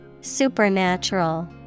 Supernatural